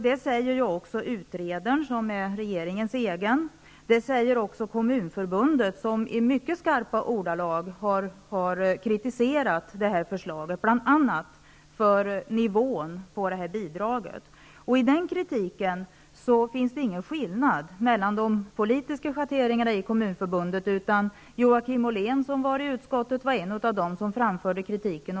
Det säger både utredaren, som är regeringens egen, och Kommunförbundet, som i mycket skarpa ordalag har kritiserat detta förslag bl.a. för nivån på bidraget. I den kritiken finns det ingen skillnad mellan de politiska schatteringarna i Kommunförbundet, utan Joakim Ollén var en av dem som i utskottet framförde kritik.